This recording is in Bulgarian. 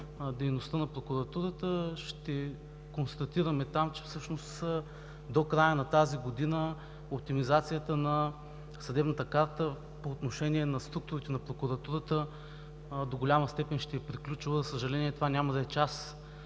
дейността на прокуратурата, ще констатираме там, че всъщност до края на тази година оптимизацията на съдебната карта по отношение структурите на прокуратурата до голяма степен ще е приключила. За съжаление, това няма да е факт